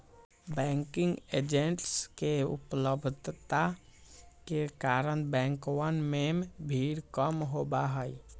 banking agents के उपलब्धता के कारण बैंकवन में भीड़ कम होबा हई